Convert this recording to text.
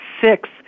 six